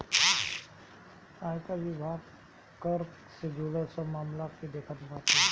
आयकर विभाग कर से जुड़ल सब मामला के देखत बाटे